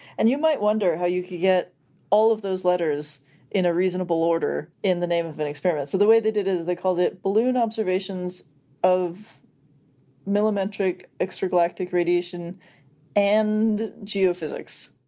and you might wonder how you could get all of those letters in a reasonable order in the name of an experiment. so the way they did is they called it balloon observations of millimetric extragalactic radiation and geophysics.